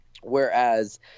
Whereas